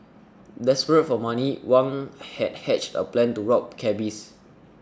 desperate for money Wang had hatched a plan to rob cabbies